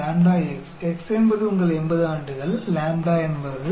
x என்பது உங்கள் 80 ஆண்டுகள் லாம்ப்டா என்பது